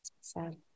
Sad